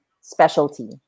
specialty